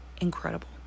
incredible